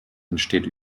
entsteht